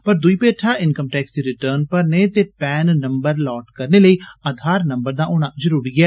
पर दुई भेठा इन्कम टैक्स दी रिटर्न भरने ते पैन नम्बर लाट करने लेई आधार नम्बर दा होना जरुरी ऐ